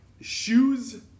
shoes